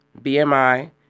BMI